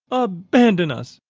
abandon us,